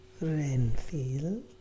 Renfield